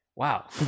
wow